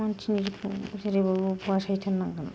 मानसिनि जिउखौ जेरैबाबो बासायथारनांगोन